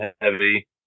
heavy